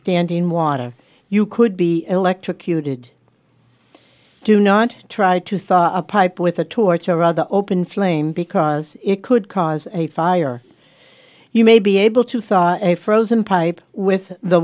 standing water you could be electrocuted do not try to thaw a pipe with a torch or rather open flame because it could cause a fire you may be able to thaw a frozen pipe with the